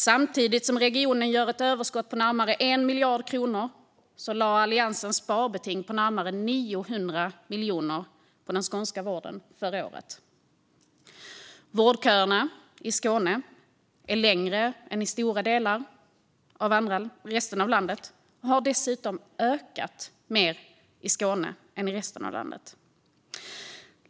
Samtidigt som regionen gjorde ett överskott på närmare 1 miljard kronor lade Alliansen sparbeting på närmare 900 miljoner på den skånska vården förra året. Vårdköerna i Skåne är längre än i stora delar av resten av landet och har dessutom ökat mer än i resten av landet.